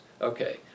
okay